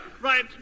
Right